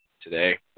today